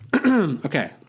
Okay